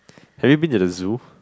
have you been to the zoo